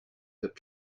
that